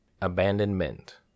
Abandonment